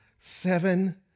seven